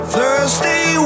Thursday